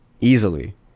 easily